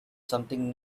something